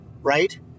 Right